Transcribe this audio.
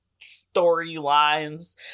storylines